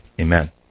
Amen